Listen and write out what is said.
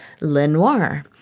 Lenoir